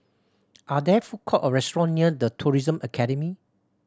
are there food court or restaurant near The Tourism Academy